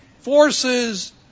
forces